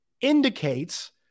indicates